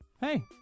hey